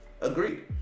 agreed